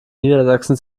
niedersachsen